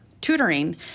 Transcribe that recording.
tutoring